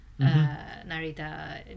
Narita